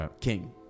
King